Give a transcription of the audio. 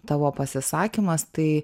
tavo pasisakymas tai